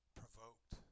provoked